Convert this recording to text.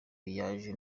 yaje